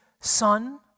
son